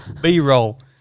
B-roll